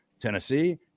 Tennessee